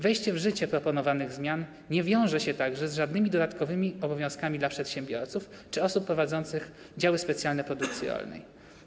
Wejście w życie proponowanych zmian nie wiąże się także z żadnymi dodatkowymi obowiązkami dla przedsiębiorców czy osób prowadzących działy specjalne produkcji rolnej.